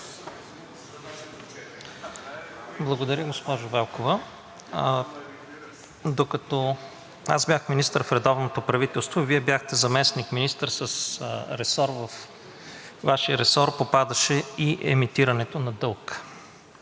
Благодаря. Госпожо Велкова, докато аз бях министър в редовното правителство, а Вие бяхте заместник-министър, във Вашия ресор попадаше и емитирането на дълг.